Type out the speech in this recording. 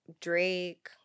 Drake